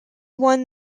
won